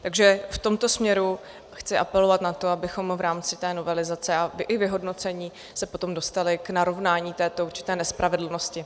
Takže v tomto směru chci apelovat na to, abychom v rámci té novelizace a i vyhodnocení se potom dostali k narovnání této určité nespravedlnosti.